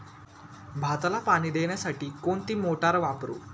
भाताला पाणी देण्यासाठी कोणती मोटार वापरू?